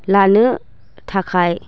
लानो थाखाय